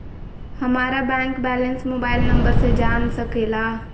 हमारा bank balance mobile number से जान सके ला?